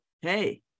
hey